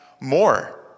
more